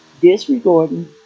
disregarding